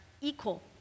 equal